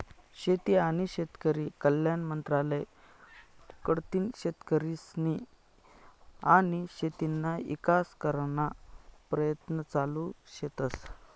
शेती आनी शेतकरी कल्याण मंत्रालय कडथीन शेतकरीस्नी आनी शेतीना ईकास कराना परयत्न चालू शेतस